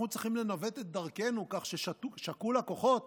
אנחנו צריכים לנווט את דרכנו כך ששקול הכוחות